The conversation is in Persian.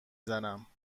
زنم